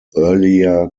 earlier